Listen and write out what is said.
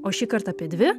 o šįkart apie dvi